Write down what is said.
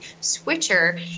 switcher